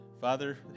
Father